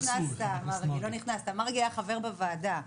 מרגי היה חבר בוועדה.